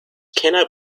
cannot